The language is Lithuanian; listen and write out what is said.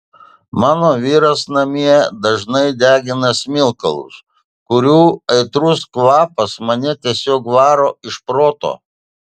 mano vyras namie dažnai degina smilkalus kurių aitrus kvapas mane tiesiog varo iš proto